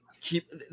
keep